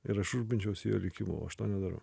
ir aš rūpinčiausi jo likimu o aš to nedarau